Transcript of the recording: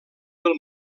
del